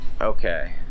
Okay